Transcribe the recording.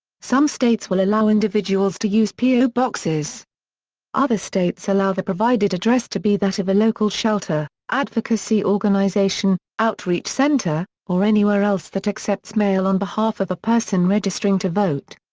some states will allow individuals to use po boxes other states allow the provided address to be that of a local shelter, advocacy organization, outreach center, or anywhere else that accepts mail on behalf of a person registering to vote.